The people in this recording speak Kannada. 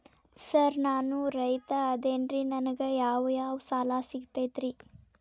ಸರ್ ನಾನು ರೈತ ಅದೆನ್ರಿ ನನಗ ಯಾವ್ ಯಾವ್ ಸಾಲಾ ಸಿಗ್ತೈತ್ರಿ?